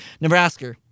Nebraska